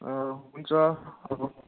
हुन्छ अब